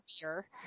beer